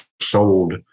sold